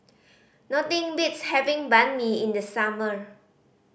nothing beats having Banh Mi in the summer